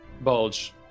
bulge